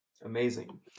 Amazing